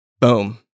Boom